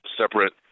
separate